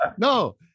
No